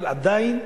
אבל עדיין,